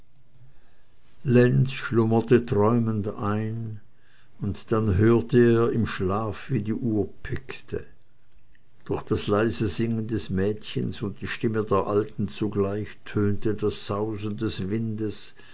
lenz schlummerte träumend ein und dann hörte er im schlaf wie die uhr pickte durch das leise singen des mädchens und die stimme der alten zugleich tönte das sausen des windes